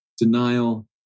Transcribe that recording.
denial